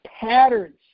patterns